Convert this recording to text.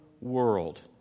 world